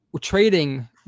trading